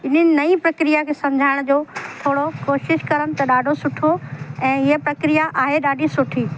हिननि नई प्रक्रिया खे सम्झाइण जो थोरो कोशिश कनि त ॾाढो सुठो ऐं इहा प्रक्रिया आहे ॾाढी सुठी